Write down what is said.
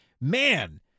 man